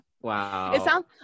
Wow